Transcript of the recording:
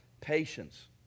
Patience